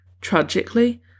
Tragically